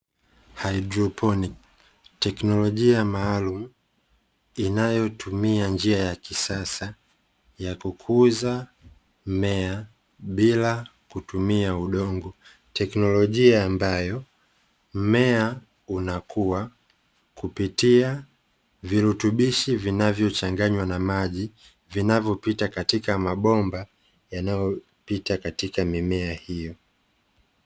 Hydroponi, teknolojia maalumu inayotumia njia ya kisasa ya kukuza mmea bila kutumia udongo, teknolojia ambayo mmea unakua kupitia virutubishi vinavyochanganywa na maji vinavopita katika mabomba yanayopita katika mimea hiyo.